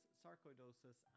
sarcoidosis